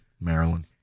Maryland